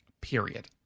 period